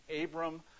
Abram